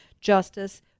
justice